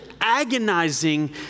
agonizing